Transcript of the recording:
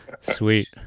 Sweet